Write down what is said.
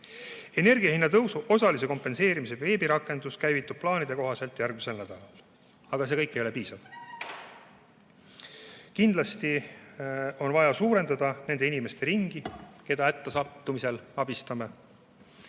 Energiahinna tõusu osalise kompenseerimise veebirakendus käivitub plaanide kohaselt järgmisel nädalal. Aga see kõik ei ole piisav. Kindlasti on vaja suurendada nende inimeste ringi, keda hätta sattumisel abistame,